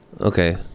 Okay